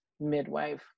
midwife